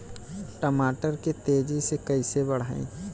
टमाटर के तेजी से कइसे बढ़ाई?